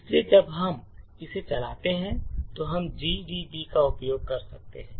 इसलिए जब आप इसे चलाते हैं तो हम GDB का उपयोग कर सकते हैं